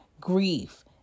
grief